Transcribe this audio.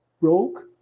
broke